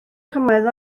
cymoedd